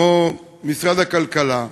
כמו משרד הכלכלה,